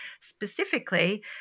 specifically